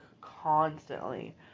constantly